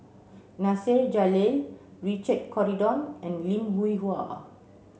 Nasir Jalil Richard Corridon and Lim Hwee Hua